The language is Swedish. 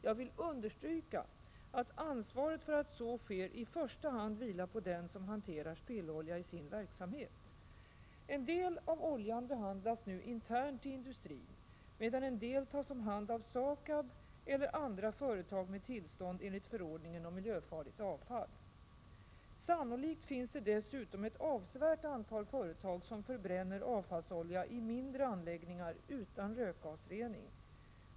Jag vill understryka att ansvaret för att så sker i första hand vilar på den som hanterar spillolja i sin verksamhet. En del av oljan behandlas nu internt i industrin, medan en del tas om hand av SAKAB eller andra företag med tillstånd enligt förordningen om miljöfarligt avfall. Sannolikt finns det dessutom ett avsevärt antal företag som förbränner avfallsolja i mindre anläggningar utan rökgasrening.